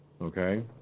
Okay